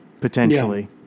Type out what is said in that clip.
potentially